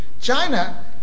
China